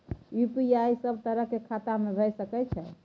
UPI सब तरह के खाता में भय सके छै?